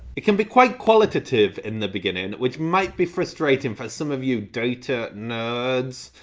it can be quite qualitive in the beginning which might be frustrating for some of you data nerds.